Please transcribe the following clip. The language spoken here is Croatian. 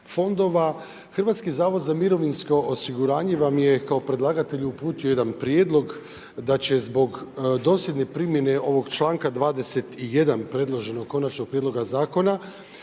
Hrvatski zavod za mirovinsko osiguranje vam je kao predlagatelj uputio jedan prijedlog da će zbog dosljedne primjene ovog članka 21. predloženog konačnog prijedloga zakona,